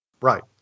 Right